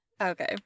Okay